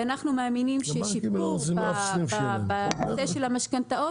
אנחנו מאמינים ששיפור בנושא של המשכנתאות